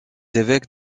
évêques